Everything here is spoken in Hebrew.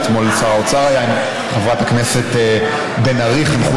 ואתמול שר האוצר היה עם חברת הכנסת בן ארי וחנכו